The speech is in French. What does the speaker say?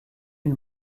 une